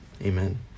Amen